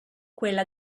quella